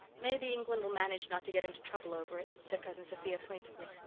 maybe england'll manage not to get into trouble over it, said cousin sophia plaintively.